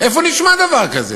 איפה נשמע דבר כזה?